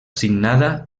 signada